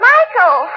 Michael